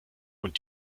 und